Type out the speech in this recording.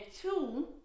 two